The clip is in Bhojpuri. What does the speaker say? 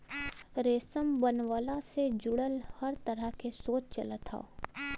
रेशम बनवला से जुड़ल हर तरह के शोध चलत हौ